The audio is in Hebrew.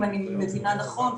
אם אני מבינה נכון,